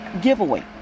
giveaway